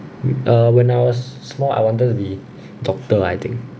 err when I was small I wanted to be doctor I think